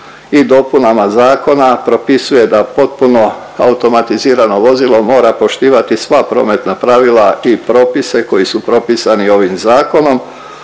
i dopunama zakona propisuje da potpuno automatizirano vozilo mora poštivati sva prometna pravila i propise koji su propisani ovim zakonom,